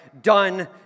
done